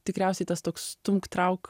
tikriausiai tas toks stumk trauk